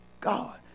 God